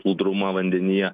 plūdrumą vandenyje